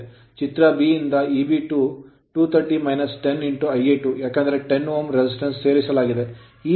ಚಿತ್ರ ಇಂದ Eb2 230 10 Ia2 ಏಕೆಂದರೆ 10 Ω resistance ಪ್ರತಿರೋಧವನ್ನು ಸೇರಿಸಲಾಗಿದೆ